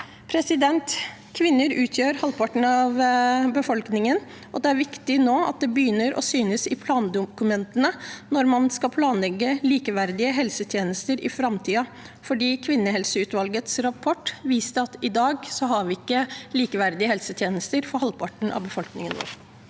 tilfeldig. Kvinner utgjør halvparten av befolkningen, og det er viktig at det nå begynner å synes i plandokumentene når man skal planlegge likeverdige helsetjenester i framtiden. For kvinnehelseutvalgets rapport viste at vi i dag ikke har likeverdige helsetjenester for halvparten av befolkningen vår.